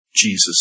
Jesus